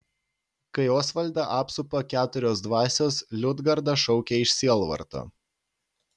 kai osvaldą apsupa keturios dvasios liudgarda šaukia iš sielvarto